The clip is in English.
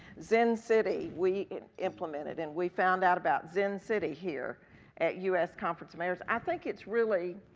zin city we implemented and we found out about zin city here at u s. conference of mayors. i think it's really,